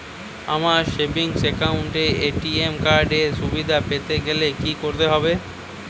আমার savings account এ ATM card এর সুবিধা পেতে গেলে কি করতে হবে?